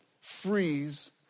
freeze